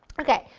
okay,